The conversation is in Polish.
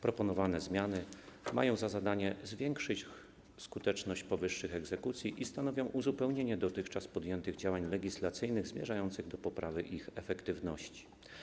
Proponowane zmiany mają za zadanie zwiększyć skuteczność powyższych egzekucji i stanowią uzupełnienie dotychczas podjętych działań legislacyjnych zmierzających do poprawy ich efektywności.